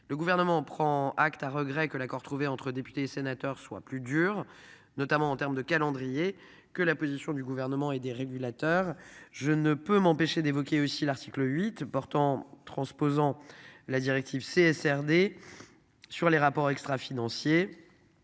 Le gouvernement prend acte à regret que l'accord trouvé entre députés et sénateurs soient plus dur notamment en terme de calendrier que la position du gouvernement et des régulateurs. Je ne peux m'empêcher d'évoquer aussi l'article 8 portant transposant la directive. SRD. Sur les rapports extra-financiers.